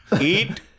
Eat